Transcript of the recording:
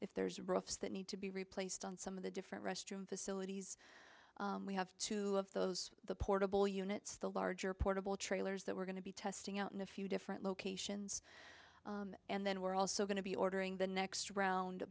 if there's rovs that need to be replaced on some of the different restroom facilities we have two of those the portable units the larger portable trailers that we're going to be testing out in a few different locations and then we're also going to be ordering the next round